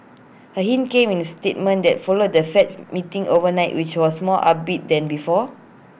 A hint came in the statement that followed the fed meeting overnight which was more upbeat than before